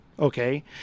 Okay